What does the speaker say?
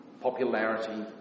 popularity